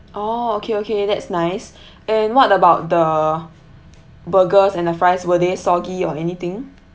oh okay okay that's nice and what about the burgers and the fries were they soggy or anything